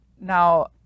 Now